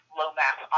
low-mass